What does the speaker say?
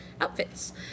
outfits